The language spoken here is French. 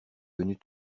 venu